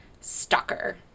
stalker